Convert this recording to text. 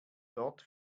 dort